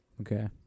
Okay